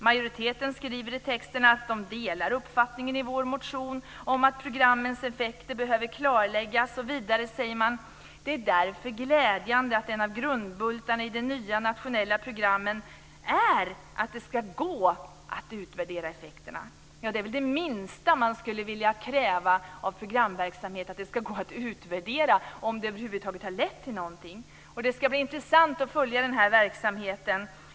Majoriteten skriver i texten att man delar uppfattningen i vår motion att programmens effekter behöver klarläggas. Vidare säger man: "Det är därför glädjande att en av grundbultarna i de nya nationella programmen är att det ska gå att utvärdera effekterna." Ja, det är väl det minsta man skulle vilja kräva av programverksamheten att det ska gå att utvärdera om den över huvud taget har lett till någonting. Det ska bli intressant att följa den här verksamheten.